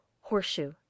Horseshoe